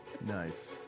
Nice